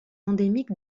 endémique